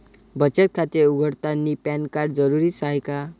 बचत खाते उघडतानी पॅन कार्ड जरुरीच हाय का?